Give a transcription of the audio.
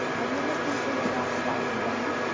are you looking for your lost diamond ring?